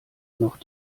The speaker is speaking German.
noch